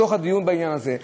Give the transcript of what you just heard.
תוך כדי דיון בעניין הזה,